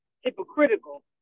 hypocritical